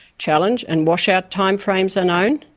challenge and washout time frames are known,